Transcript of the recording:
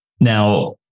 Now